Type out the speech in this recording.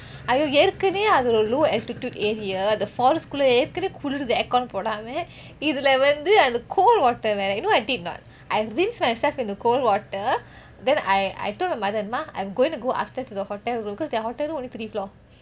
!aiyo! ஏற்கனவே அது ஒரு:yerkaneveh athu oru low altitude area the forest குள்ள ஏற்கனவே குளூருது:kulle yerkeneveh kooluruthu aircon போடாம இதுல வந்து அந்த:podaame ithule vanthu antha cold water வேற:vere you know what I did not I rinse myself in the cold water then I I told my mother மா:ma I'm going to go upstairs to the hotel room because their hotel room only three floor